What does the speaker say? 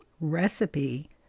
recipe